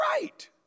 right